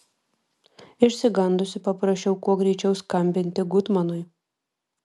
išsigandusi paprašiau kuo greičiau skambinti gutmanui